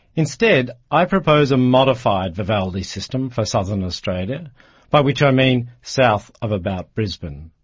instead i propose a modified vivaldi system for southern australia, by which i mean south of about brisbane.